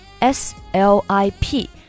S-L-I-P